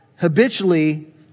habitually